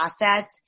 assets